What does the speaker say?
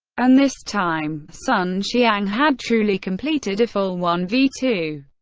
and this time, sun xiang had truly completed a full one v two.